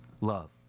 love